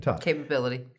capability